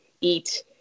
eat